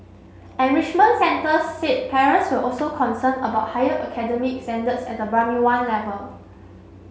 enrichment centres said parents were also concerned about higher academic standards at the Primary One level